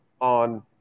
on